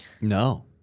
No